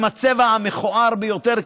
עם הצבע המכוער ביותר,